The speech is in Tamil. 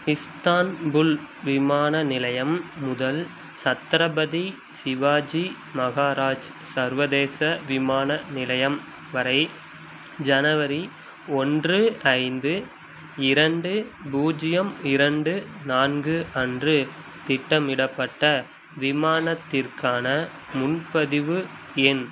இஸ்தான்புல் விமான நிலையம் முதல் சத்ரபதி சிவாஜி மகாராஜ் சர்வதேச விமான நிலையம் வரை ஜனவரி ஒன்று ஐந்து இரண்டு பூஜ்யம் இரண்டு நான்கு அன்று திட்டமிடப்பட்ட விமானத்திற்கான முன்பதிவு எண்